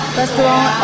restaurant